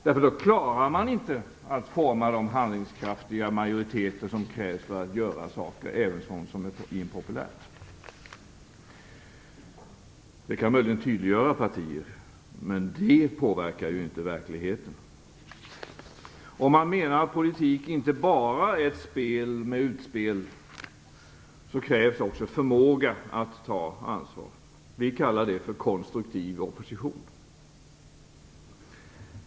Då klarar man inte att forma de handlingskraftiga majoriteter som krävs för att göra saker, även sådant som är impopulärt. Det kan möjligen tydliggöra partier, men det påverkar inte verkligheten. För att politik inte bara skall vara ett spel med utspel krävs också att man har förmåga att ta ansvar. Vi kallar det för konstruktiv opposition.